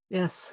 yes